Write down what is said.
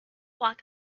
walk